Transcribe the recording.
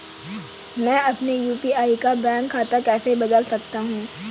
मैं अपने यू.पी.आई का बैंक खाता कैसे बदल सकता हूँ?